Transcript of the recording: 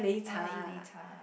I like eat 擂茶